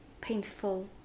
painful